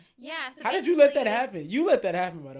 yes. how did you let that happen? you let that happen? but